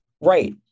Right